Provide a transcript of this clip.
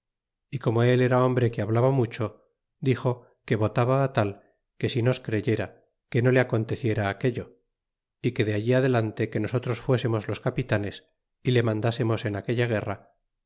y como él era hombre que hablaba mucho dixo que votaba á tal que si nos creyera que no le aconteciera aquello y que de allí delante que nosotros fuésemos los capitanes y le mandásemos en aquella guerra